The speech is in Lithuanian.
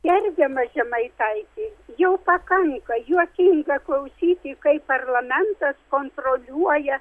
gerbiamas žemaitaiti jau pakanka juokinga klausyti kaip parlamentas kontroliuoja